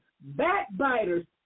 backbiters